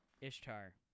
Ishtar